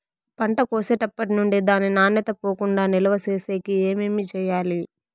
పంట కోసేటప్పటినుండి దాని నాణ్యత పోకుండా నిలువ సేసేకి ఏమేమి చేయాలి?